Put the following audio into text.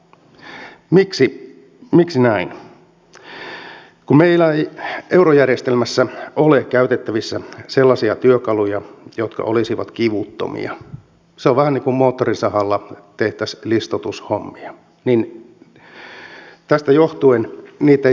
kun meillä ei eurojärjestelmässä ole käytettävissä sellaisia työkaluja jotka olisivat kivuttomia se on vähän niin kuin moottorisahalla tehtäisiin listoitushommia tästä johtuen niitä ei ole haluttu käyttää